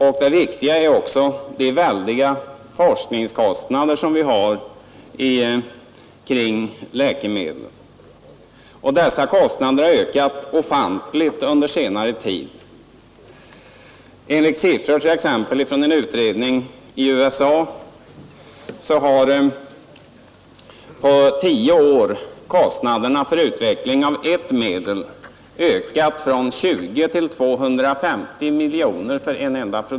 Till de viktigaste frågorna hör också de väldiga forskningskostnaderna för läkemedel. Dessa kostnader har ökat ofantligt under senare tid. Enligt siffror från en utredning i USA har på tio år kostnaderna för utveckling av en enda produkt ökat från 20 miljoner till 250 miljoner kronor.